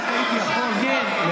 אם רק הייתי יכול להשיב.